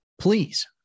please